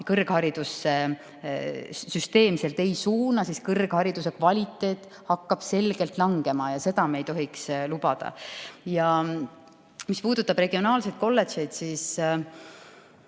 kõrgharidusse süsteemselt ei suuna, siis kõrghariduse kvaliteet hakkab langema ja seda me ei tohiks lubada. Mis puudutab regionaalseid kolledžeid, siis